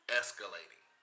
escalating